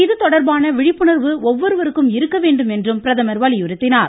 இது தொடர்பான விழிப்புணர்வு ஒவ்வொருவருக்கும் இருக்கவேண்டும் என்றும் பிரதமர் வலியுறுத்தினார்